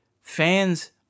Fans